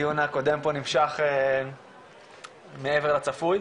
הדיון הקודם פה נמשך מעבר לצפוי.